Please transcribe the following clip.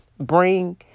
bring